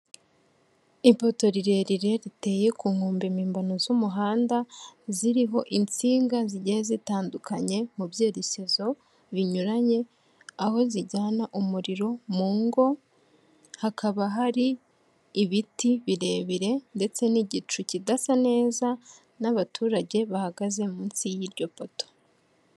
Ipoto rirerire riteye ku nkombe mpimbano z'umuhanda, ziriho insinga zigiye zitandukanye mu byerekezo binyuranye aho zijyana umuriro mu ngo, hakaba hari ibiti birebire ndetse n'igicu kidasa neza n'abaturage bahagaze munsi y'iryo poto.